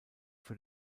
für